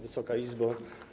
Wysoka Izbo!